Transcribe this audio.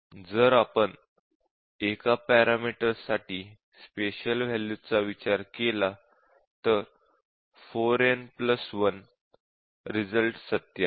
जर आपण एका पॅरामीटर्ससाठी स्पेशल वॅल्यूज चा विचार केला तर 4n1 परिणाम सत्य आहे